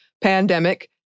pandemic